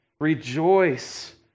Rejoice